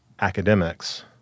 academics